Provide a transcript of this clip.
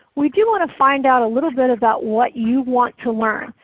we do want to find out a little bit about what you want to learn.